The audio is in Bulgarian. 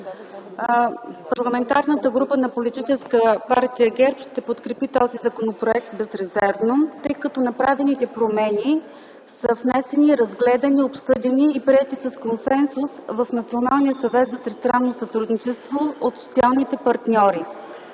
Парламентарната група на Политическа партия ГЕРБ ще подкрепи този законопроект безрезервно, тъй като направените промени са внесени, разгледани, обсъдени и приети с консенсус в Националния съвет за тристранно сътрудничество от социалните партньори.